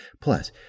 Plus